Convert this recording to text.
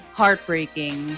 heartbreaking